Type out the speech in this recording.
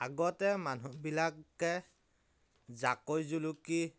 আগতে মানুহবিলাকে জাকৈ জুলুকি